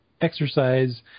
exercise